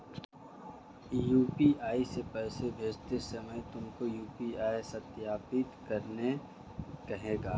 UPI से पैसे भेजते समय तुमको यू.पी.आई सत्यापित करने कहेगा